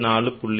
74 மற்றும் 125